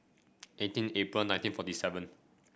eighteen April nineteen forty seven